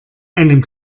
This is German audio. einem